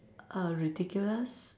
err ridiculous